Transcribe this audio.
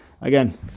again